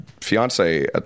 fiance